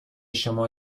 شما